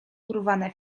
urwane